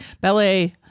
ballet